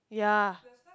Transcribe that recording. yeah